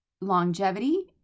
longevity